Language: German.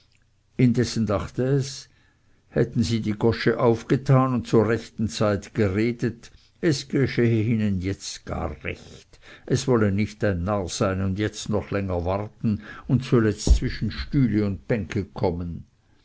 indessen dachte es hätten sie die gosche aufgetan und zur rechten zeit geredet es geschehe ihnen jetzt gar recht es wolle nicht ein narr sein und jetzt noch länger warten und zuletzt zwischen stühle und bänke kommen